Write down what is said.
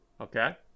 Okay